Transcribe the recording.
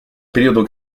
periodo